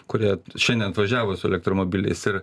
kurie šiandien atvažiavo su elektromobiliais ir